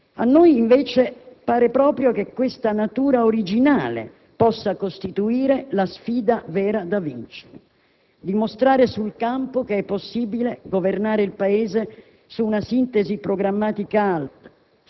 A noi invece pare proprio che questa natura originale possa costituire la sfida vera da vincere: dimostrare sul campo che è possibile governare il Paese su una sintesi programmatica alta,